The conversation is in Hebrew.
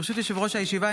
ברשות יושב-ראש הישיבה,